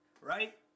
Right